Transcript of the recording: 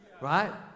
right